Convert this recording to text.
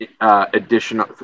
additional